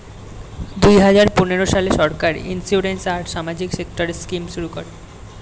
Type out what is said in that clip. দুই হাজার পনেরো সালে সরকার ইন্সিওরেন্স আর সামাজিক সেক্টরের স্কিম শুরু করে